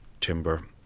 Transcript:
timber